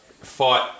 fight